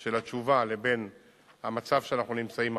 של התשובה לבין המצב שאנחנו נמצאים עכשיו,